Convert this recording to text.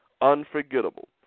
unforgettable